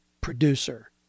producer